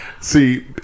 see